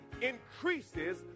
increases